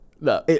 no